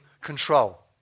control